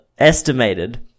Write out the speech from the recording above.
estimated